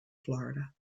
florida